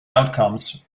outcomes